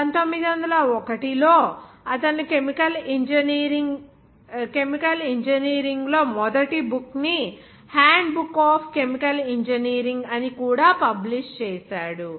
1901 లో అతను కెమికల్ ఇంజనీరింగ్లో మొదటి బుక్ ని హ్యాండ్బుక్ ఆఫ్ కెమికల్ ఇంజనీరింగ్ అని కూడా పబ్లిష్ చేసాడు